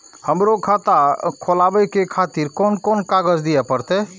हमरो खाता खोलाबे के खातिर कोन कोन कागज दीये परतें?